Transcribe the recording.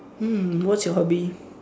mm what's your hobby